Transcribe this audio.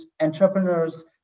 entrepreneurs